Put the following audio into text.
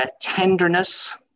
tenderness